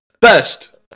Best